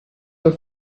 were